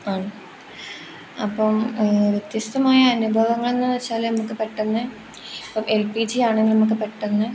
ആണ് അപ്പം വ്യത്യസ്തമായ അനുഭവങ്ങൾ എന്ന് വെച്ചാൽ നമുക്ക് പെട്ടെന്ന് ഇപ്പം എൽ പി ജി ആണെങ്കിൽ നമുക്ക് പെട്ടെന്ന്